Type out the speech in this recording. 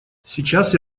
сейчас